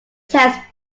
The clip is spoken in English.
test